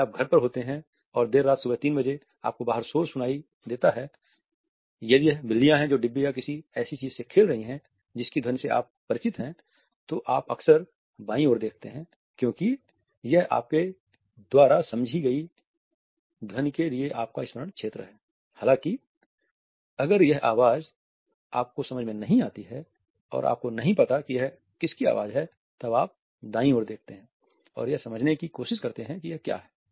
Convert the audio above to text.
यदि आप घर पर होते हैं और देर रात सुबह 3 बजे आपको बाहर शोर सुनाई देता है यदि यह बिल्लियाँ हैं जो डिब्बे या किसी ऐसी चीज से खेल रही हैं जिसकी ध्वनि आप जानते हैं तो आप अक्सर बाईं ओर देखते हैं क्योंकि यह यह आपके द्वारा समझी गई ध्वनि के लिए आपका स्मरण क्षेत्र है हालाँकि अगर यह आवाज़ आपको समझ में नहीं आती है और आपको नहीं पता है यह किसकी आवाज़ है तब आप दाईं ओर देखते हैं और यह समझने की कोशिश करते हैं कि यह क्या है